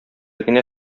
генә